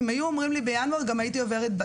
אם היו אומרים לי בינואר, גם הייתי עוברת דירה,